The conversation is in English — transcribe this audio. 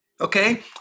okay